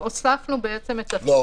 --- הוספנו בעצם את ה --- לא.